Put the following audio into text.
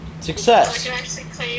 Success